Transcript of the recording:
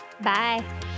Bye